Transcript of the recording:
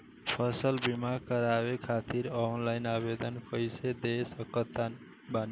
फसल बीमा करवाए खातिर ऑनलाइन आवेदन कइसे दे सकत बानी?